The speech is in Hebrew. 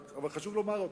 אבל חשוב לומר אותו: